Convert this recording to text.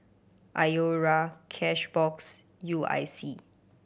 Iora Cashbox U I C